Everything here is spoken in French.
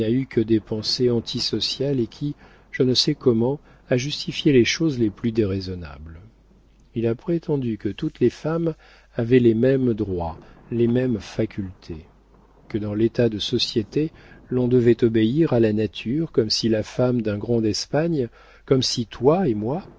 que des pensées anti sociales et qui je ne sais comment a justifié les choses les plus déraisonnables il a prétendu que toutes les femmes avaient les mêmes droits les mêmes facultés que dans l'état de société on devait obéir à la nature comme si la femme d'un grand d'espagne comme si toi et moi